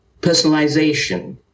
personalization